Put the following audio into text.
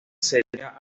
sería